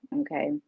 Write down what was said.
okay